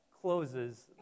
closes